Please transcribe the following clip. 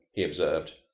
he observed,